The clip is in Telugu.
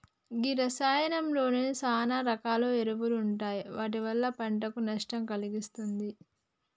గీ రసాయానాలలో సాన రకాల ఎరువులు ఉంటాయి వాటి వల్ల పంటకు నష్టం కలిగిస్తుంది